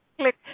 click